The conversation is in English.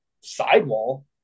sidewall